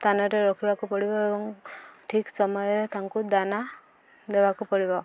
ସ୍ଥାନରେ ରଖିବାକୁ ପଡ଼ିବ ଏବଂ ଠିକ୍ ସମୟରେ ତାଙ୍କୁ ଦାନା ଦେବାକୁ ପଡ଼ିବ